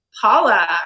Paula